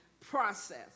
process